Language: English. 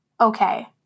okay